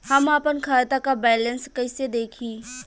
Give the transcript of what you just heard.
हम आपन खाता क बैलेंस कईसे देखी?